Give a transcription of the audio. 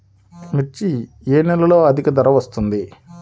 మిర్చి ఏ నెలలో అధిక ధర వస్తుంది?